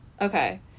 okay